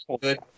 good